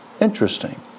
Interesting